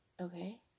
Okay